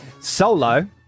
Solo